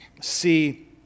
see